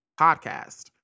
podcast